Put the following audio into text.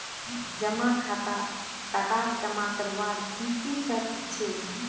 जमा खातात टका जमा करवार की की शर्त छे?